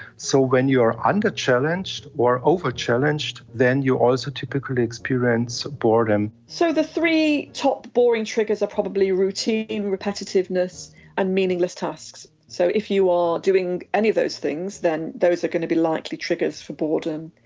so when you are under-challenged or over-challenged, then you also typically experience boredom. so the three top boring triggers are probably routine, repetitiveness and meaningless tasks. so if you are doing any of those things, then those are going to be likely triggers for boredom.